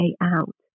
out